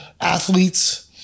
athletes